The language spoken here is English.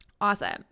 awesome